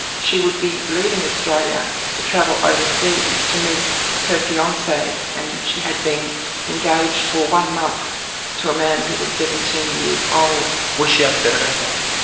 she would be leaving australia to travel overseas to meet her fiance, and she had been engaged for one month to a man who was seventeen years old. was she upset about that?